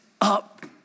up